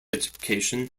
education